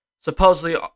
supposedly